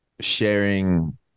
sharing